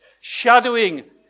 Shadowing